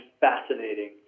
fascinating